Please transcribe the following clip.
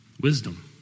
Wisdom